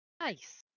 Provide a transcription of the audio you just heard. Nice